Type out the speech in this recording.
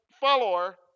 follower